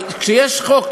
אבל כשיש חוק,